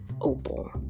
opal